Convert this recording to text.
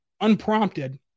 unprompted